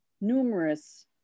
numerous